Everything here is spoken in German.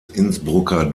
innsbrucker